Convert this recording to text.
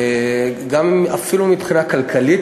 גם אפילו מבחינה כלכלית,